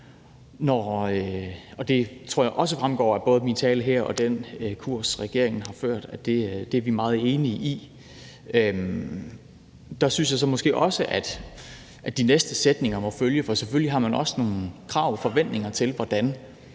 Og det tror jeg også fremgår af både min tale her og af den kurs, regeringen har ført, altså at det er vi meget enige i. Der synes jeg så måske også, at de næste sætninger, der skal følge, må være, at man selvfølgelig også har nogle krav om og forventninger til, hvordan